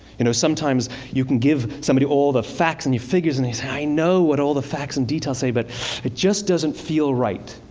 you know sometimes you can give somebody all the facts and figures, and they say, i know what all the facts and details say, but it just doesn't feel right.